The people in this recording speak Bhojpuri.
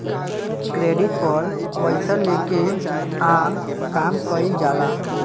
क्रेडिट पर पइसा लेके आ काम कइल जाला